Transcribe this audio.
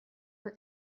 were